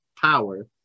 power